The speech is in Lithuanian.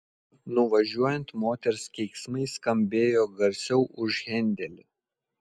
nuvažiuojant moters keiksmai skambėjo garsiau už hendelį